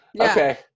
Okay